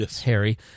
Harry